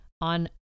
on